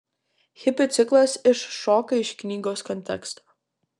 hipių ciklas iššoka iš knygos konteksto